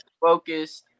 focus